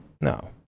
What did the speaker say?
No